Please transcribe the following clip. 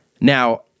Now